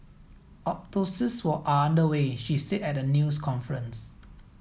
autopsies were under way she said at a news conference